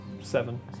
Seven